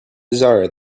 desire